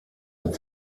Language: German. mit